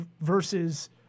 versus